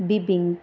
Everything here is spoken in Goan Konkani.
बिबिंक